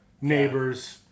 neighbor's